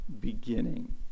beginning